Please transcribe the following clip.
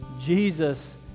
Jesus